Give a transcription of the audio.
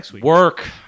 work